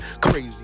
crazy